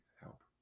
help